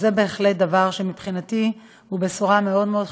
וזה בהחלט דבר שמבחינתי הוא בשורה מאוד מאוד חשובה,